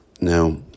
Now